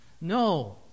No